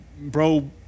Bro